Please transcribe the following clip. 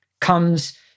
comes